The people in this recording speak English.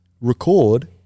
record